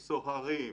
סוהרים,